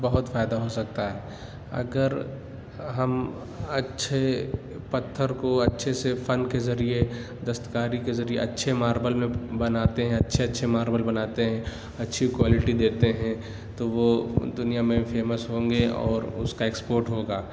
بہت فائدہ ہو سکتا ہے اگر ہم اچھے پتھر کو اچھے سے فن کے ذریعے دستکاری کے ذریعے اچھے ماربل میں بناتے ہیں اچھے اچھے ماربل بناتے ہیں اچھی کوالٹی دیتے ہیں تو وہ دنیا میں فیمس ہوں گے اور اس کا ایکسپوٹ ہوگا